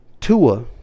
Tua